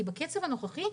בקצב הנוכחי,